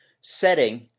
setting